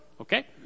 okay